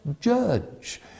judge